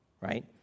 right